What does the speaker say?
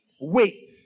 Wait